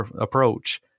approach